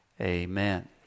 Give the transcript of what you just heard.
amen